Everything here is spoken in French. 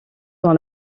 dans